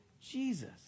Jesus